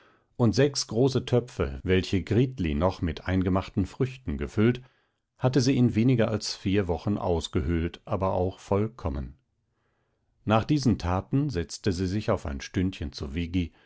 und sechs große töpfe welche gritli noch mit eingemachten früchten gefüllt hatte sie in weniger als vier wochen ausgehöhlt aber auch vollkommen nach diesen taten setzte sie sich auf ein stündchen zu